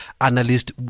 analyst